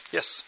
Yes